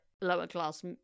lower-class